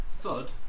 Thud